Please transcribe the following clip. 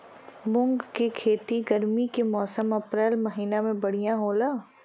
मुंग के खेती गर्मी के मौसम अप्रैल महीना में बढ़ियां होला?